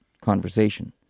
conversation